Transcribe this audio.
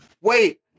wait